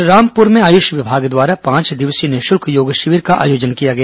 बलरामपुर में आयुष विभाग द्वारा पांच दिवसीय निःशुल्क योग शिविर का आयोजन किया गया